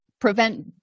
prevent